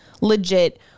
legit